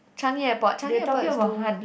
Changi-Airport Changi-Airport is too